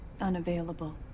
unavailable